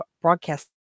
broadcast